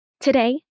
Today